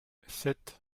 sept